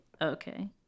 Okay